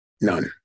none